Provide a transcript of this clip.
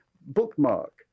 bookmark